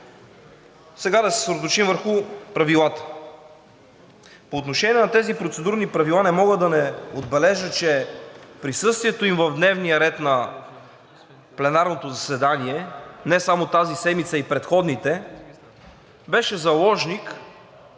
Сега да се съсредоточим върху правилата. По отношение на тези процедурни правила не мога да не отбележа, че присъствието им в дневния ред на пленарното заседание – не само тази седмица, а и предходните, беше заложник